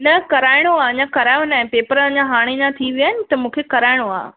न कराइणो आहे अञा करायो न आहे पेपर अञा हाणे अञा थी विया आहिनि त मूंखे कराइणो आहे